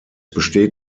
besteht